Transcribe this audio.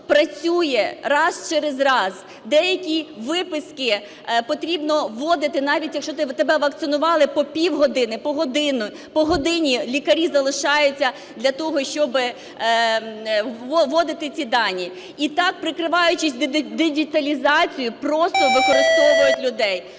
працює раз через раз. Деякі виписки потрібно вводити, навіть якщо тебе вакцинували, по півгодини, по годині, лікарі залишаються для того, щоби вводити ці дані. І так, прикриваючись діджиталізацією, просто використовують людей.